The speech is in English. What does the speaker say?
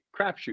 crapshoot